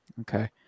Okay